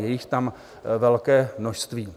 Je jich tam velké množství.